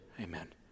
Amen